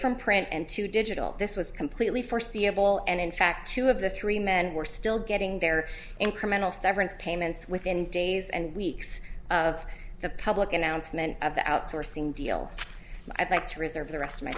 from print and to digital this was completely foreseeable and in fact two of the three men were still getting their incremental severance payments within days and weeks of the public announcement of the outsourcing deal i'd like to reserve the rest